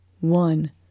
one